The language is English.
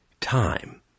time